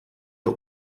der